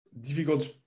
difficult